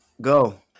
Go